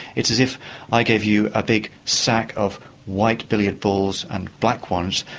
it's as if i gave you a big sack of white billiard balls and black ones,